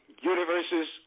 universes